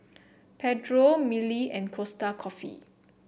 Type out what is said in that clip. Pedro Mili and Costa Coffee